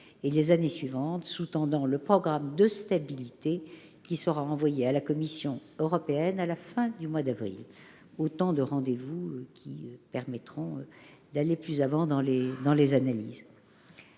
et les années suivantes sous-tendant le programme de stabilité qui sera envoyé à la Commission européenne à la fin du mois d'avril. Ces différents rendez-vous permettront d'aller plus avant dans les analyses.